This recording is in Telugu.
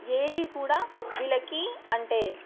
ఏది కూడా వీళ్ళకి అంటే